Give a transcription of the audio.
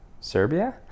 Serbia